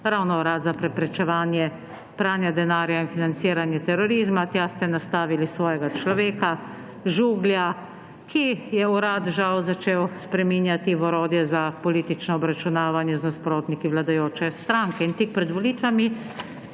ravno Urad za preprečevanje pranja denarja in financiranje terorizma. Tja ste nastavili svojega človeka, Žuglja, ki je urad, žal, začel spreminjati v orodje za politično obračunavanje z nasprotniki vladajoče stranke. In tik pred volitvami